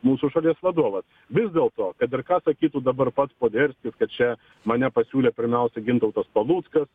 mūsų šalies vadovas vis dėlto kad ir ką sakytų dabar pats poderskis kad čia mane pasiūlė pirmiausia gintautas paluckas